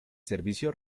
servicio